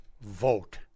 vote